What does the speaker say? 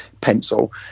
pencil